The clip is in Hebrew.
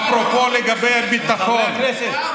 אפרופו לגבי הביטחון,